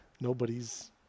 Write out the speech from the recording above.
nobody's